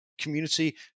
community